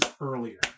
earlier